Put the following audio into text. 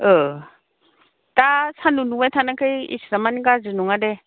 औ दा सानदुं दुंबाय थानायखाय इसेबां माने गाज्रि नङा दे